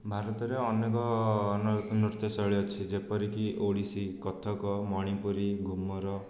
ଭାରତରେ ଅନେକ ନୃତ୍ୟଶୈଳୀ ଅଛି ଯେପରିକି ଓଡ଼ିଶୀ କଥକ ମଣିପୁରୀ ଘୁମର